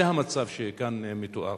זה המצב שכאן מתואר.